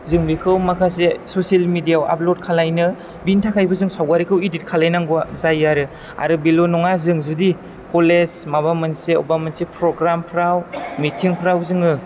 जों बेखौ माखासे ससियेल मेडिया याव आपलड खालामनो बिनि थाखायबो जों सावगारिखौ इदिद खालामनांगौ जायो आरो बेल' नङा जों जुदि कलेज माबा मोनसे अबेबा मोनसे प्रग्रामफ्राव मिथिंफ्राव जोङो